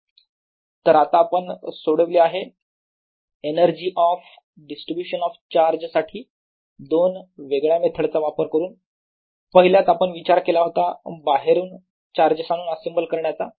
EQ24π0R34 1203QQ35Q24π0R तर आता आपण सोडवले आहे energy of distribution of charge साठी दोन वेगळ्या मेथड चा वापर करून पहिल्यात आपण विचार केला होता बाहेरून चार्जेस आणून असेंबल करण्याचा